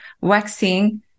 waxing